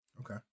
Okay